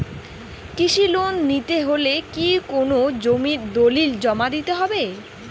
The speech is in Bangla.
কৃষি লোন নিতে হলে কি কোনো জমির দলিল জমা দিতে হবে?